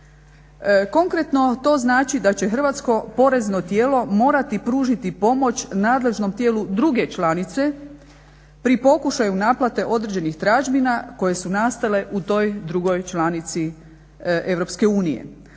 Konkretno to znači da će hrvatsko porezno tijelo morati pružiti pomoć nadležnom tijelu druge članice pri pokušaju naplate određenih tražbina koje su nastale u toj drugoj članici EU.